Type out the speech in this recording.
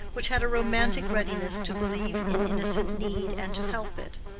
which had a romantic readiness to believe in innocent need and to help it.